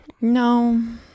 no